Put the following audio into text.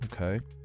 Okay